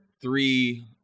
three